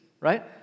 right